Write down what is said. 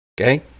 okay